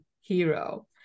hero